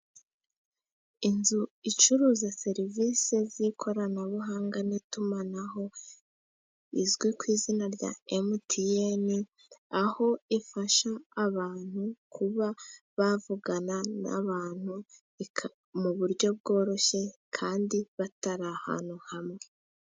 Inzu icuruza serivise z'ikoranabuhanga, n'itumanaho izwi ku izina rya mtn, aho ifasha abantu, kuba bavugana nabandi, mu buryo bworoshye, kandi batari ahantu hamwe.